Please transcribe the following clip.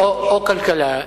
או כלכלה.